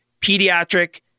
pediatric